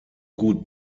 gut